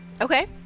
Okay